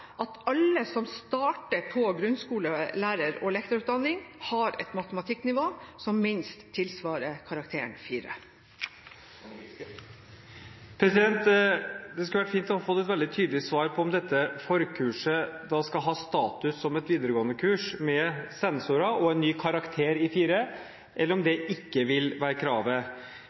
at alle som starter på grunnskolelærerutdanning eller lektorutdanning, har et matematikknivå som minst tilsvarer karakteren 4. Det hadde vært fint å få et veldig tydelig svar på om dette forkurset skal ha status som et videregående kurs med sensorer og en ny karakter, 4, eller om det